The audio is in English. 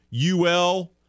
UL